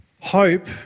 hope